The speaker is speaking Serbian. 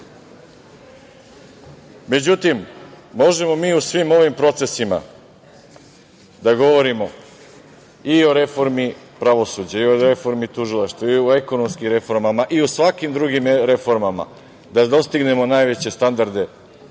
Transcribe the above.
građana.Međutim, možemo mi u svim ovim procesima da govorimo i o reformi pravosuđa, i o reformi tužilaštva, i o ekonomskim reformama, i o svakim drugim reformama, da dostignemo najveće standarde